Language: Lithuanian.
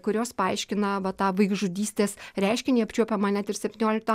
kurios paaiškina va tą vaikžudystės reiškinį apčiuopiamą net ir septyniolikto